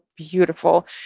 beautiful